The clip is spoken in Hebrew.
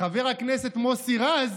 וחבר הכנסת מוסי רז